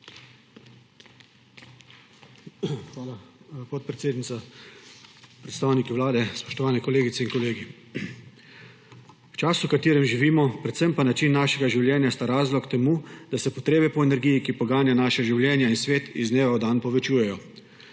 Hvala, podpredsednica. Predstavniki Vlade, spoštovane kolegice in kolegi! Čas, v katerem živimo, predvsem pa način našega življenja sta razlog, da se potrebe po energiji, ki poganja naša življenja in svet, iz dneva v dan povečujejo.